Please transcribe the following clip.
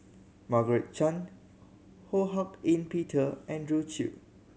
Margaret Chan Ho Hak Ean Peter Andrew Chew